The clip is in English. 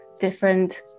different